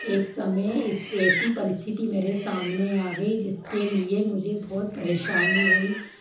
एक समय ऐसी परिस्थिति मेरे सामने आ गई जिसके लिए मुझे बहुत परेशानी हुई